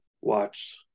watch